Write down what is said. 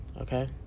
okay